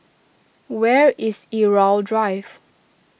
where is Irau Drive